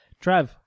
trav